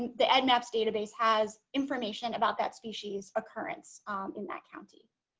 the eddmaps database has information about that species occurrence in that county